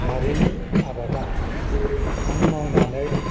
बारिनि आबादा आं मावनानै